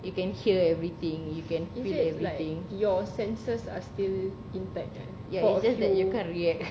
you can hear everything you can feel everything it's just that you can't react